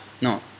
No